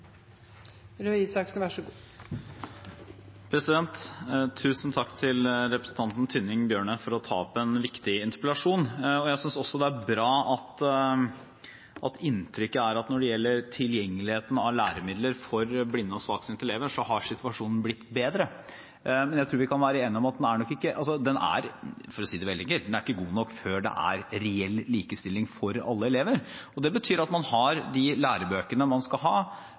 til representanten Tynning Bjørnø for å ta opp en viktig interpellasjon, og jeg synes også det er bra at inntrykket er at når det gjelder tilgjengeligheten av læremidler for blinde og svaksynte elever, har situasjonen blitt bedre. Men jeg tror vi kan være enig om at den, for å si det veldig enkelt, ikke er god nok før det er reell likestilling for alle elever. Det betyr at man har de lærebøkene man skal ha,